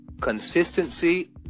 consistency